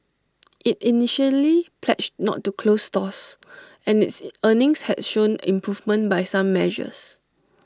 IT initially pledged not to close stores and its earnings had shown improvement by some measures